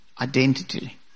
identity